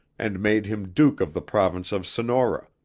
and made him duke of the province of sonora,